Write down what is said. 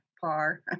par